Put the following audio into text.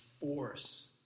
force